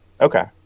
Okay